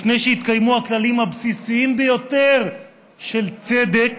לפני שהתקיימו הכללים הבסיסיים ביותר של צדק,